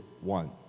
one